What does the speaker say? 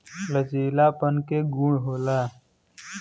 लचीलापन के गुण होला